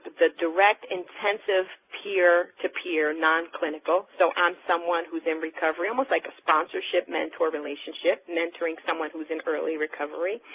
the direct intensive peer to peer non-clinical. so i'm someone who's in recovery, almost like a sponsorship mentor relationship, mentoring someone who's in early recovery.